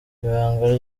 ibanga